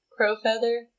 Crowfeather